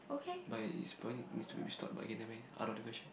but it's probably needs to be restored but okay nevermind out of the question